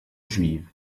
juive